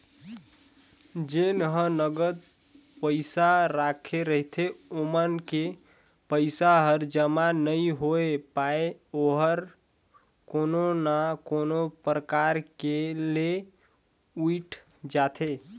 जेन ह नगद पइसा राखे रहिथे ओमन के पइसा हर जमा नइ होए पाये ओहर कोनो ना कोनो परकार ले उइठ जाथे